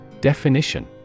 Definition